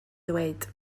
dweud